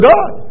God